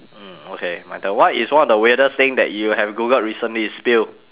mm okay my turn what is one of the weirdest thing that you have googled recently spill